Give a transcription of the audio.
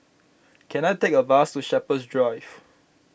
can I take a bus to Shepherds Drive